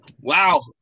Wow